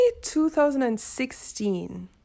2016